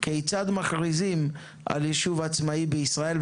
כיצד מכריזים על יישוב עצמאי בישראל,